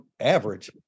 average